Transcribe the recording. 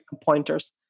pointers